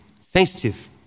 sensitive